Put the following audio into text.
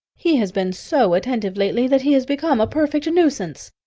he has been so attentive lately, that he has become a perfect nuisance.